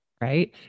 Right